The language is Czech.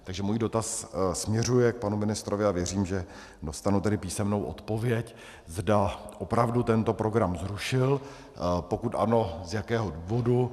Takže můj dotaz směřuje k panu ministrovi a věřím, že dostanu písemnou odpověď, zda opravdu tento program zrušil, a pokud ano, z jakého důvodu.